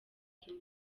ine